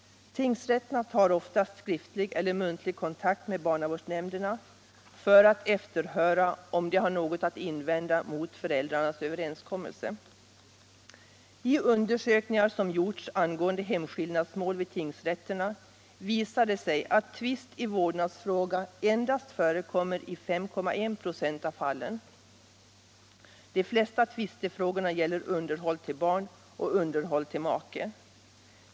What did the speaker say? Tingsrätterna tar oftast skriftlig eller muntlig kontakt med barnavårdsnämnderna för att efterhöra om dessa har något att invända mot föräldrarnas överenskommelse. Undersökningar som gjorts angående hemskillnadsmål vid tingsrätterna visar att tvist i vårdnadsfråga endast förekommer i 5,1 96 av fallen. De flesta tvistefrågorna gäller underhåll till barn och underhåll till make.